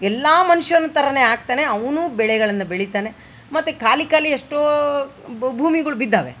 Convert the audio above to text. ಎಲ್ಲ ಮನುಷ್ಯನ್ ಥರ ಆಗ್ತನೆ ಅವನು ಬೆಳೆಗಳನ್ನು ಬೆಳೀತಾನೆ ಮತ್ತು ಖಾಲಿ ಖಾಲಿ ಎಷ್ಟೋ ಭೂಮಿಗಳ್ ಬಿದ್ದಾವೆ